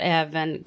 även